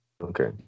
Okay